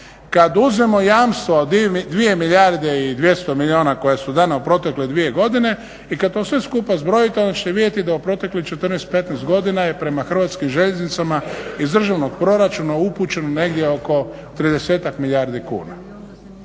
Kad uzmemo jamstva od 2 milijarde i 200 milijuna koja su dana u protekle dvije godine i kad to sve skupa zbrojite, onda ćete vidjeti da u proteklih 14, 15 godina je prema Hrvatskim željeznicama iz državnog proračuna upućeno negdje oko 30-tak milijardi kuna.